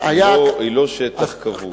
היא לא שטח כבוש.